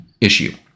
issue